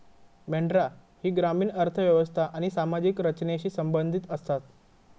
मेंढरा ही ग्रामीण अर्थ व्यवस्था आणि सामाजिक रचनेशी संबंधित आसतत